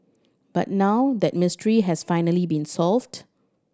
but now that mystery has finally been solved